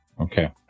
Okay